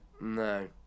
No